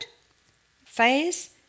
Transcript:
phase